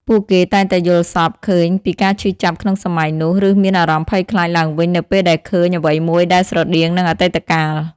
ពួកគេតែងតែយល់សប្តិឃើញពីការឈឺចាប់ក្នុងសម័យនោះ ឬមានអារម្មណ៍ភ័យខ្លាចឡើងវិញនៅពេលដែលឃើញអ្វីមួយដែលស្រដៀងនឹងអតីតកាល។